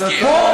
אני מסכים.